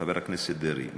חבר הכנסת דרעי,